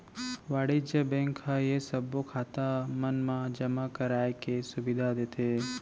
वाणिज्य बेंक ह ये सबो खाता मन मा जमा कराए के सुबिधा देथे